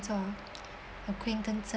um acquaintances